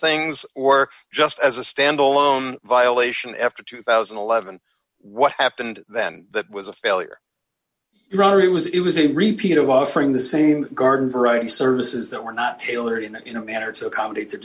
things or just as a standalone violation after two thousand and eleven what happened then that was a failure rather it was it was a repeat of offering the same garden variety services that were not tailored in you know manner to accommodate their